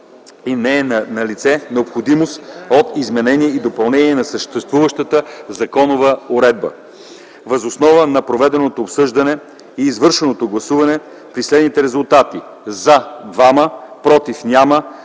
и не е налице необходимост от изменение и допълнение на съществуващата законова уредба. Въз основа на проведеното обсъждане и извършеното гласуване при резултати: „за” – 2, „против” – 0,